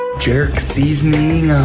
jerk seasoning